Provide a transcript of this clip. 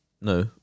No